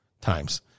times